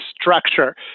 structure